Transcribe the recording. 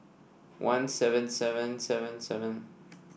one seven seven seven seven